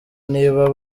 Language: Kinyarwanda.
niba